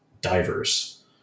divers